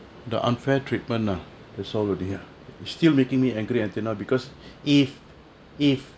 the unfair treatment ah that all ah still making me angry at you know because if if